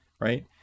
right